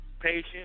Patient